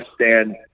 understand